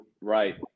Right